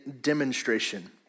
demonstration